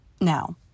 now